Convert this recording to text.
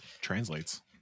translates